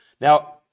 Now